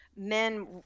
Men